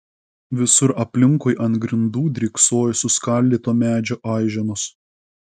visur aplinkui ant grindų dryksojo suskaldyto medžio aiženos